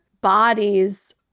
bodies